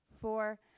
four